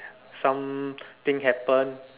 something happen